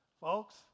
Folks